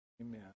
Amen